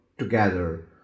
together